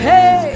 Hey